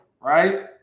right